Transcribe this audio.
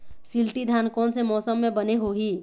शिल्टी धान कोन से मौसम मे बने होही?